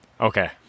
Okay